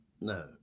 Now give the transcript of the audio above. No